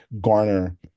garner